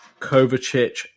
Kovacic